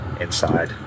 Inside